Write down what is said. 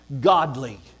godly